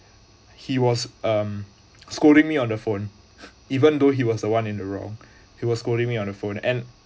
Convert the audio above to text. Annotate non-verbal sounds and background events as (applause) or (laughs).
he was um scolding me on the phone (laughs) even though he was the one in the wrong he was scolding me on the phone and